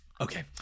okay